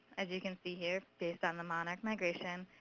as you can see here, based on the monarch migration.